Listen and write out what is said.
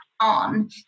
on